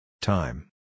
Time